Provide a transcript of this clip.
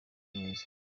neza